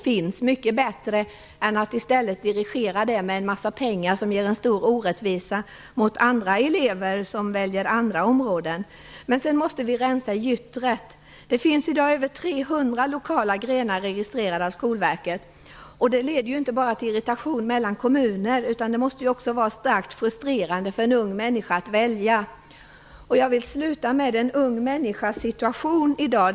Det är mycket bättre än att dirigera detta med en massa pengar som ger en stor orättvisa mot andra elever som väljer andra områden. Sedan måste vi rensa i gyttret. Det finns i dag över 300 lokala grenar registrerade av Skolverket. Det leder inte bara till irritation mellan kommuner, det måste ju också vara starkt frustrerande för en ung människa att välja. Jag vill sluta med en ung människas situation i dag.